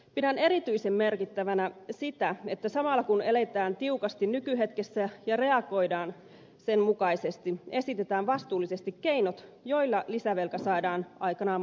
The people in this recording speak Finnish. pidän erityisen merkittävänä sitä että samalla kun eletään tiukasti nykyhetkessä ja reagoidaan sen mukaisesti esitetään vastuullisesti keinot joilla lisävelka saadaan aikanaan maksettua